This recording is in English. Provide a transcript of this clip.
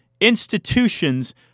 institutions